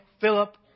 Philip